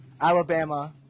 Alabama